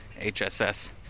HSS